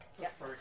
Yes